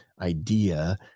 idea